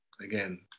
again